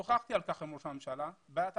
שוחחתי על כך עם ראש הממשלה ולא מדובר בבעיה תקציבית.